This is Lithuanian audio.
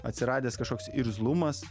atsiradęs kažkoks irzlumas